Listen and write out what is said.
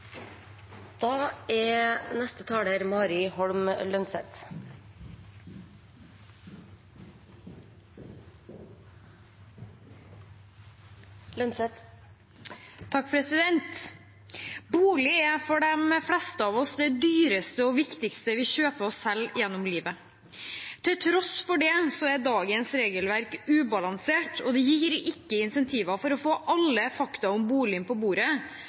Bolig er for de fleste det dyreste og viktigste vi kjøper til oss selv gjennom livet. Til tross for det er dagens regelverk ubalansert, og det gir ikke incentiver for å få alle fakta om boligen på bordet